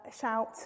shout